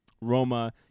Roma